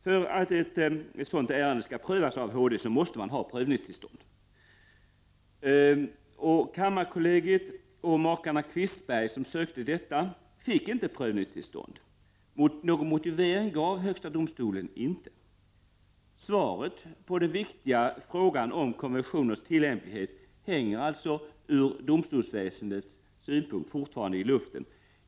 För att ett sådant ärende skall prövas av HD måste man ha prövningstillstånd. Kammarkollegiet och makarna Qvistberg, som sökte prövningstillståndet, fick inte det. Någon motivering gav högsta domstolen inte. Svaret på den viktiga frågan om konventionens tillämplighet från domstolsväsendets synpunkt hänger därmed alltså fortfarande i luften.